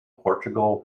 portugal